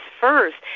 first